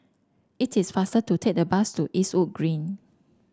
it is faster to take the bus to Eastwood Green